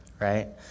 right